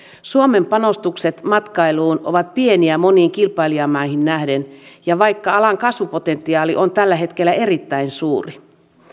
suomen panostukset matkailuun ovat pieniä moniin kilpailijamaihin nähden vaikka alan kasvupotentiaali on tällä hetkellä erittäin suuri